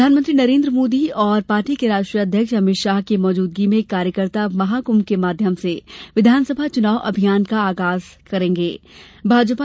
प्रधानमंत्री नरेन्द्र मोदी और पार्टी के राष्ट्रीय अध्यक्ष अमित शाह की मौजूदगी में कार्यकर्ता महाकृंभ के माध्यम से विधानसभा चुनाव अभियान का आगाज किया जायेगा